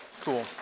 cool